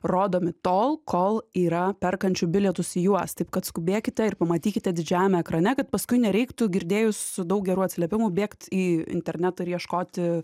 rodomi tol kol yra perkančių bilietus į juos taip kad skubėkite ir pamatykite didžiajame ekrane kad paskui nereiktų girdėjus daug gerų atsiliepimų bėgt į internetą ir ieškoti